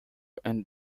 and